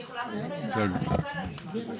אני רוצה להגיד משהו.